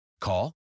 Call